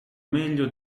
meglio